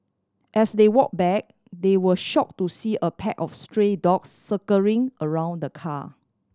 as they walk back they were shock to see a pack of stray dogs circling around the car